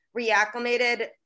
reacclimated